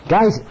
Guys